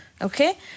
Okay